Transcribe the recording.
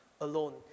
alone